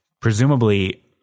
Presumably